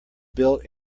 built